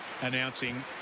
announcing